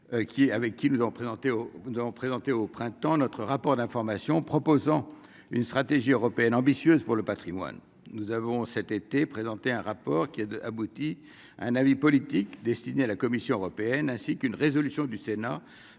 présenté au donc présenté au printemps, notre rapport d'information proposant une stratégie européenne ambitieuse pour le Patrimoine, nous avons cet été présenté un rapport qui est 2 abouti un avis politique destiné à la Commission européenne, ainsi qu'une résolution du Sénat